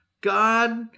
God